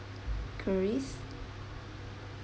queries